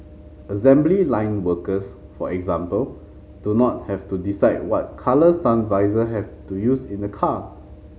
assembly line workers for example do not have to decide what colour sun visor have to use in a car